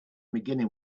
beginning